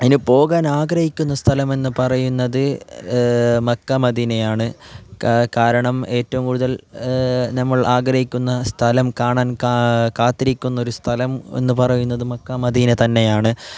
ഇനി പോകാൻ ആഗ്രഹിക്കുന്ന സ്ഥലമെന്നു പറയുന്നത് മക്ക മദിന ആണ് കാരണം ഏറ്റവും കൂടുതൽ നമ്മൾ ആഗ്രഹിക്കുന്ന സ്ഥലം കാണാൻ കാത്തിരിക്കുന്നൊരു സ്ഥലം എന്നു പറയുന്നത് മക്ക മദിന തന്നെയാണ്